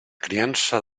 criança